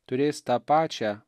turės tą pačią